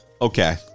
Okay